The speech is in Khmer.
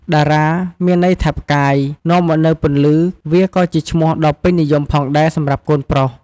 តារា មានន័យថាផ្កាយ នាំមកនូវពន្លឺ វាក៏ជាឈ្មោះដ៏ពេញនិយមផងដែរសម្រាប់កូនប្រុស។